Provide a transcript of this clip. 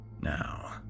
Now